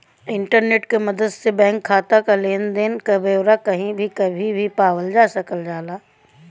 internet क मदद से बैंक खाता क लेन देन क ब्यौरा कही भी कभी भी पावल जा सकल जाला